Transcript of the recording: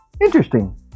Interesting